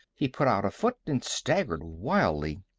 he put out a foot and staggered wildly.